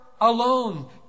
alone